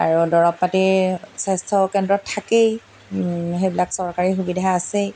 আৰু দৰৱ পাতি স্বাস্থ্য কেন্দ্ৰত থাকেই সেইবিলাক চৰকাৰী সুবিধা আছেই